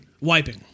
wiping